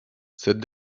cette